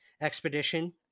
expedition